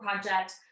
project